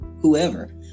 whoever